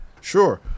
Sure